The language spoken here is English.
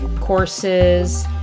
courses